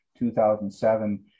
2007